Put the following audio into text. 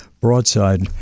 Broadside